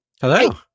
Hello